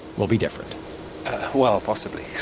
will be different well possibly,